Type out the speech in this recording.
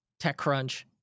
TechCrunch